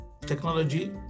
technology